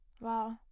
Wow